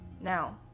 Now